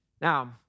Now